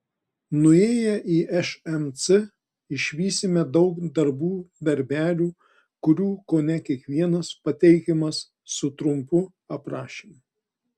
nuėję į šmc išvysime daug darbų darbelių kurių kone kiekvienas pateikiamas su trumpu aprašymu